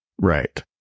Right